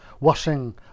washing